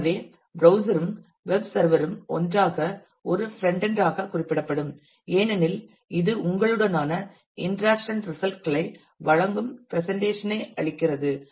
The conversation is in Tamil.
எனவே ப்ரௌஸ்சர் ம் வெப் சர்வர் ம் ஒன்றாக ஒரு ஃப்ரெண்ட் என்ட் ஆக குறிப்பிடப்படும் ஏனெனில் இது உங்களுடனான இன்டராக்சன் ரிசல்ட்ஸ் களை வழங்கும் பிரசன்டேஷன் ஐ அளிக்கிறது